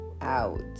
out